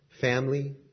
family